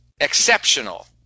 exceptional